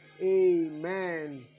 Amen